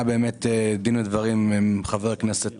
היה דין ודברים עם חבר הכנסת